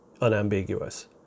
unambiguous